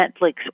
Netflix